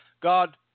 God